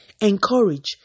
Encourage